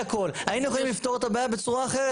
היינו יכולים לפתור את הבעיה בצורה אחרת,